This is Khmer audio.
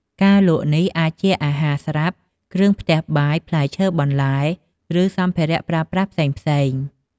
ការលក់នេះអាចជាអាហារស្រាប់ គ្រឿងផ្ទះបាយ ផ្លែឈើ បន្លែ ឬសម្ភារៈប្រើប្រាស់ផ្សេងៗ។